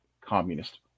communist